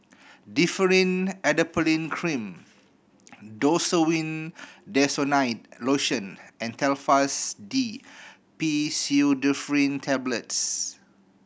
Differin Adapalene Cream Desowen Desonide Lotion and Telfast D Pseudoephrine Tablets